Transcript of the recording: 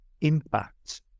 impact